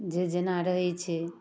जे जेना रहै छै